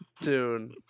Dude